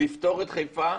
לפתור את חיפה,